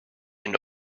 and